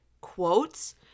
quotes